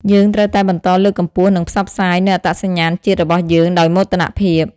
យើងត្រូវតែបន្តលើកកម្ពស់និងផ្សព្វផ្សាយនូវអត្តសញ្ញាណជាតិរបស់យើងដោយមោទនភាព។